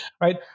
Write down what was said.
right